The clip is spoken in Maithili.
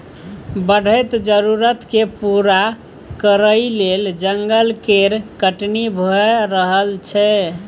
बढ़ैत जरुरत केँ पूरा करइ लेल जंगल केर कटनी भए रहल छै